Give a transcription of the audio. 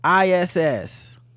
iss